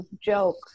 joke